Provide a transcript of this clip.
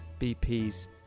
BP's